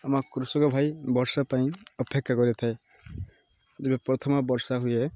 ଆମ କୃଷକ ଭାଇ ବର୍ଷା ପାଇଁ ଅପେକ୍ଷା କରିଥାଏ ଯବେ ପ୍ରଥମ ବର୍ଷା ହୁଏ